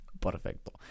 Perfecto